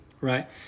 right